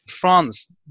France